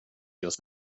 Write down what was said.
just